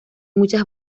muchas